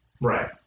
Right